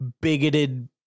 bigoted